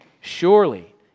surely